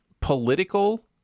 political